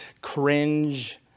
cringe